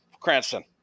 Cranston